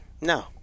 No